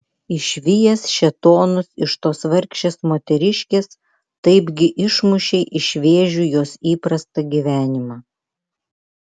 išvijęs šėtonus iš tos vargšės moteriškės taipgi išmušei iš vėžių jos įprastą gyvenimą